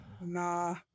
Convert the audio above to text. nah